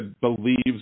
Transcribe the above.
believes